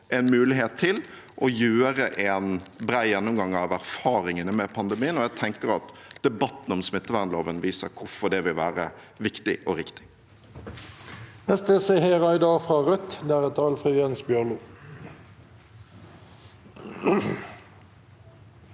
en mulighet til å gjøre en bred gjennomgang av erfaringene med pandemien, og jeg tenker at debatten om smittevernloven viser hvorfor det vil være viktig og riktig.